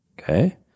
Okay